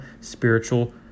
spiritual